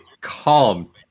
calm